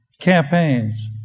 campaigns